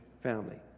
family